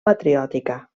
patriòtica